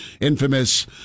infamous